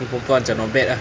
ni perempuan macam not bad ah